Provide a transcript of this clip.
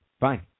Fine